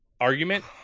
argument